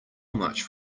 much